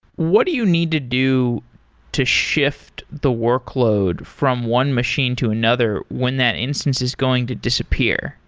what do you need to do to shift the workload from one machine to another when that instance is going to disappear?